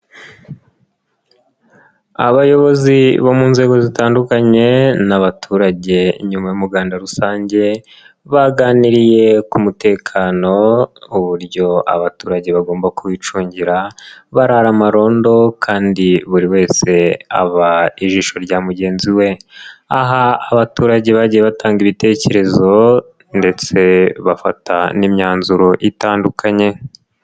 Abayobozi bo mu nzego zitandukanye n'abaturage nyuma y'umuganda rusange, baganiriye ku mutekano uburyo abaturage bagomba kuwicungira barara amarondo kandi buri wese aba ijisho rya mugenzi we, aha abaturage bagiye batanga ibitekerezo ndetse bafata n'imyanzuro itandukanye.